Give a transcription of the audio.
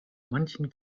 manchem